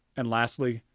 and lastly,